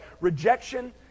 Rejection